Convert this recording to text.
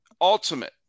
Ultimate